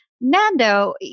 Nando